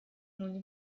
nun